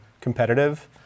competitive